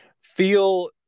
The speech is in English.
feel